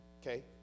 Okay